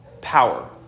power